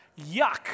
Yuck